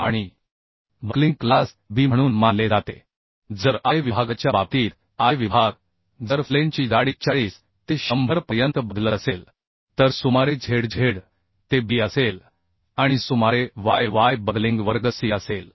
आणि जर I विभागाच्या बाबतीत I विभाग जर फ्लेंजची जाडी 40 ते 100 पर्यंत बदलत असेल तर सुमारे ZZ ते B असेल आणि सुमारे Y Y बकलिंग वर्ग C असेल